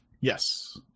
Yes